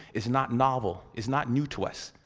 is not novel, is not new to us.